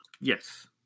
Yes